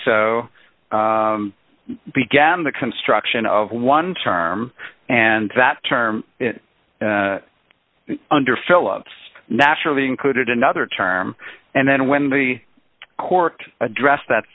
so began the construction of one term and that term under philips naturally included another term and then when the court addressed that